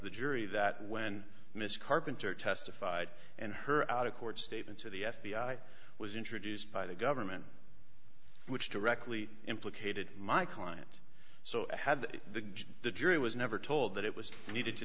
the jury that when mr carpenter testified and her out of court statement to the f b i was introduced by the government which directly implicated my client so i had the good the jury was never told that it was needed to